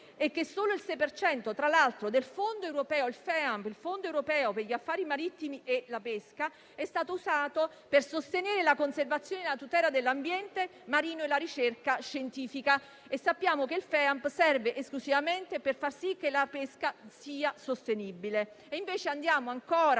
per cento del Fondo europeo per gli affari marittimi e la pesca (FEAMP) è stato usato per sostenere la conservazione e la tutela dell'ambiente marino e la ricerca scientifica. Sappiamo che il FEAMP serve esclusivamente per far sì che la pesca sia sostenibile;